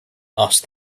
asked